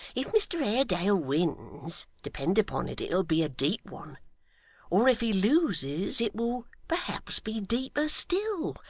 if mr haredale wins, depend upon it, it'll be a deep one or if he loses, it will perhaps be deeper still,